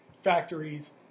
factories